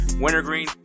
Wintergreen